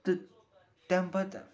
تہٕ تَمہِ پتہٕ